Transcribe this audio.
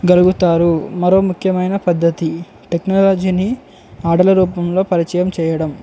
గలుగుతారు మరో ముఖ్యమైన పద్ధతి టెక్నాలజీని ఆటల రూపంలో పరిచయం చేయడం